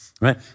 right